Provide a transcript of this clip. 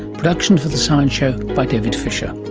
production for the science show by david fisher.